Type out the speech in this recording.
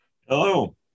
Hello